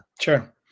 sure